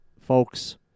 Folks